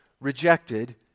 rejected